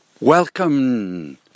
Welcome